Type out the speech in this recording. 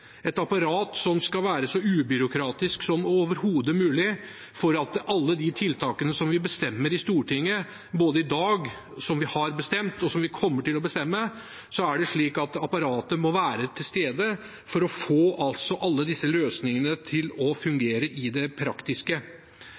et apparat som sørger for at dette skjer i praksis. Det må være et apparat som er så ubyråkratisk som overhodet mulig for at alle de tiltakene og løsningene som vi bestemmer i Stortinget – både de vi bestemmer i dag, de vi har bestemt, og de vi kommer til å bestemme – fungerer i praksis. Når vi ser hele landet under ett, vil denne pakken for